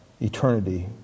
eternity